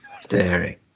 staring